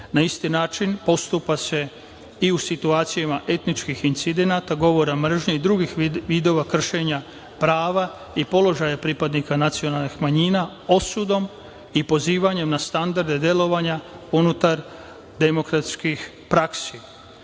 Na isti način postupa se i u situacijama etničkih incidenata, govora mržnje i drugih vidova kršenja prava i položaja pripadnika nacionalnih manjina osudom i pozivanjem na standarde delovanja unutar demokratskih praksi. Nakon